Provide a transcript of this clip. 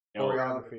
Choreography